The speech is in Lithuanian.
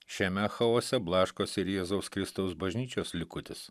šiame chaose blaškosi ir jėzaus kristaus bažnyčios likutis